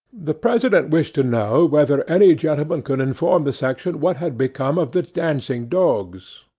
the president wished to know whether any gentleman could inform the section what had become of the dancing-dogs?